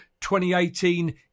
2018